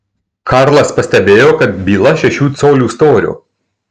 karlas pastebėjo kad byla šešių colių storio